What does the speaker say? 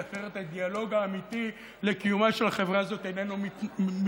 כי אחרת הדיאלוג האמיתי לקיומה של החברה הזאת איננו מתקיים.